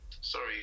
sorry